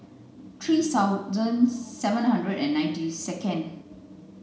three thousand seven hundred and ninety second